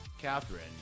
Catherine